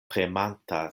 premanta